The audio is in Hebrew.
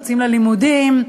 יוצאים ללימודים,